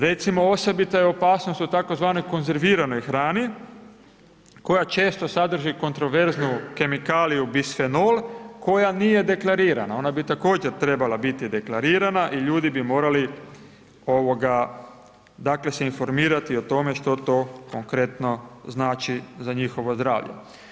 Recimo osobita je opasnost u tzv. konzerviranoj hrani koja često sadrži kontroverznu kemikaliju bisfenol koja nije deklarirana, ona bi također trebala biti deklarirana i ljudi bi morali dakle se informirati o tome što to konkretno znači za njihovo zdravlje.